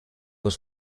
was